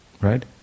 right